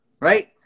right